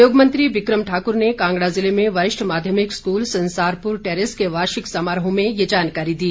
उद्योग मंत्री बिक्रम ठाकुर ने कांगड़ा जिले में वरिष्ठ माध्यमिक स्कूल संसारपुर टैरेस के वार्षिक समारोह में ये जानकारी दी